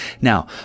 Now